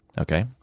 okay